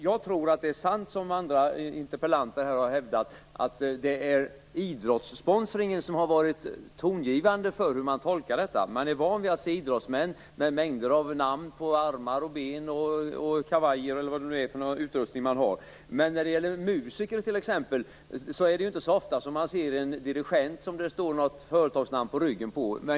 Jag tror att det är sant som andra interpellanter hävdat, att det är idrottssponsringen som varit tongivande för hur man tolkar det hela. Man är van att se idrottsmän med namn på armar och ben på kavajer och på den utrustning man har. När det gäller musiker t.ex. är det inte så ofta man ser någon med ett företagsnamn på ryggen.